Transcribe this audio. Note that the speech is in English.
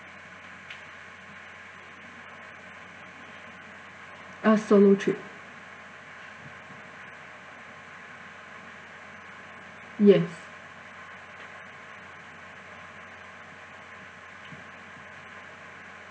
uh solo trip yes